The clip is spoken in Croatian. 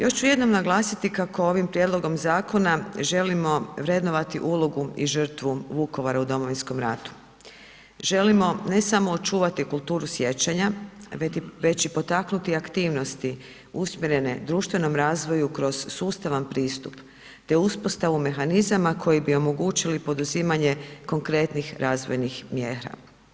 Još ću jednom naglasiti kako ovim prijedlogom zakona želimo vrednovati ulogu i žrtvu Vukovara u Domovinskom ratu, želimo ne samo očuvati kulturu sjećanja već i potaknuti aktivnosti usmjerene društvenom razvoju kroz sustavan pristup te uspostavu mehanizama koji bi omogućili poduzimanje konkretnih razvojnih mjera.